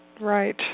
Right